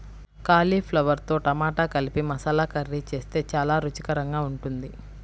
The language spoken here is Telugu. కాలీఫ్లవర్తో టమాటా కలిపి మసాలా కర్రీ చేస్తే చాలా రుచికరంగా ఉంటుంది